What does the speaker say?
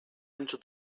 into